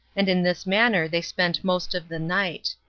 and in this manner they spent most of the night.